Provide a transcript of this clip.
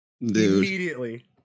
immediately